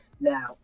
Now